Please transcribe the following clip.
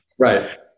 Right